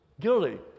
guilty